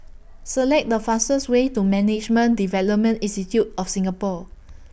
Select The fastest Way to Management Development Institute of Singapore